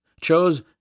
chose